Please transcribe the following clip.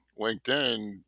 LinkedIn